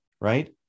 right